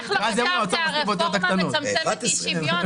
איך לא כתבת: 'הרפורמה מצמצמת אי שוויון',